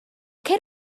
cer